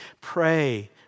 Pray